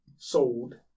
sold